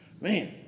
Man